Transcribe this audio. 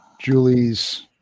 Julie's